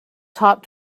top